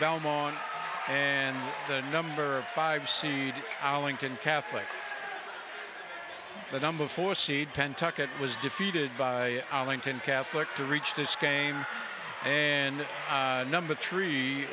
belmont and the number five seed alington catholic the number four seed ten takut was defeated by alington catholic to reach this game and number three